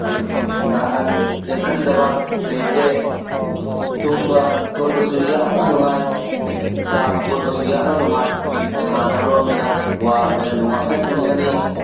ꯅꯥꯍꯟ ꯌꯦꯛꯍꯟꯗꯕ ꯂꯩꯇꯦ ꯇꯨꯝꯕ ꯈꯣꯠꯄꯁꯨ ꯌꯥꯝꯅ ꯅꯨꯡꯉꯥꯏ ꯆꯥꯕ ꯈꯣꯠꯄꯁꯨ ꯌꯥꯝꯅ ꯅꯨꯡꯉꯥꯏ ꯁꯥꯟꯅꯔꯣꯔꯃꯤꯅ ꯋꯥꯔꯃꯤꯅ ꯅꯨꯡꯉꯥꯏꯅ ꯇꯨꯝꯒꯅꯤ